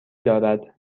دارد